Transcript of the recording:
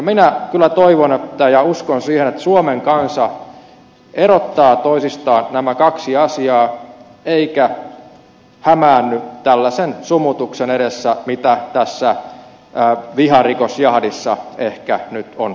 minä kyllä toivon ja uskon siihen että suomen kansa erottaa toisistaan nämä kaksi asiaa eikä hämäänny tällaisen sumutuksen edessä mitä tässä viharikosjahdissa ehkä nyt on ilmenemässä